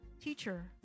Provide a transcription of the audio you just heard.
teacher